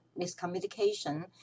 miscommunication